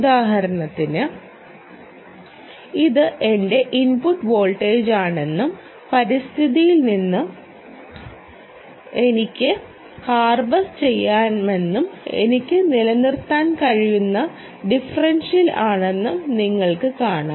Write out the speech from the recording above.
ഉദാഹരണത്തിന് ഇത് എന്റെ ഇൻപുട്ട് വോൾട്ടേജാണെന്നും പരിസ്ഥിതിയിൽ നിന്ന് എനിക്ക് ഹാർവെസ്റ്റ് ചെയ്യാമെന്നും എനിക്ക് നിലനിർത്താൻ കഴിയുന്ന ഡിഫറൻഷ്യൽ ആണെന്നും നിങ്ങർക്ക് കാണാം